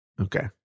okay